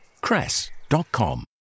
Cress.com